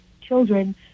children